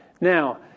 Now